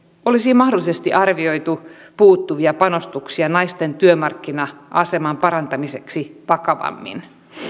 olisi mahdollisesti arvioitu puuttuvia panostuksia naisten työmarkkina aseman parantamiseksi vakavammin